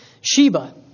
Sheba